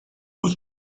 asked